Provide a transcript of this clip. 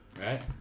right